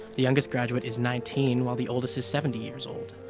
the youngest graduate is nineteen, while the oldest is seventy years old.